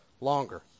longer